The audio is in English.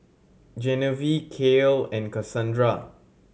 Genevieve Kael and Kasandra